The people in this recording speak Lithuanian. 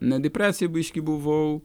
ne depresija biški buvau